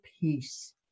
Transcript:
peace